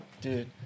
Dude